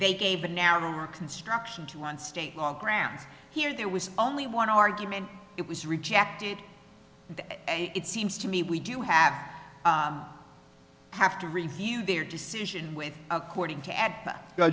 they gave a narrower construction to on state grounds here there was only one argument it was rejected it seems to me we do have have to review their decision with according to